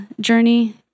journey